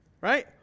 Right